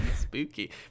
spooky